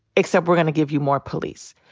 except we're gonna give you more police.